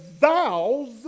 vows